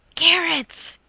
carrots!